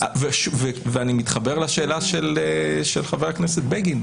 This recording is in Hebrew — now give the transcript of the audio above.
ואני מתחבר לשאלה של חבר הכנסת בגין,